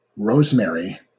Rosemary